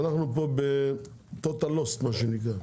אנחנו פה ב-total lost, מה שנקרא.